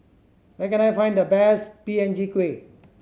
where can I find the best P N G kueh